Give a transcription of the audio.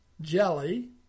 jelly